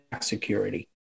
security